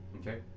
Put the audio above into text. Okay